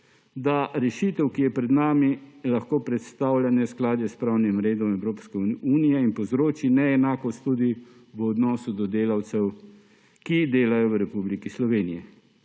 da rešitev, ki je pred nami, lahko predstavlja neskladje s pravnim redom Evropske unije in povzroči neenakost tudi v odnosu do delavcev, ki delajo v Republiki Sloveniji.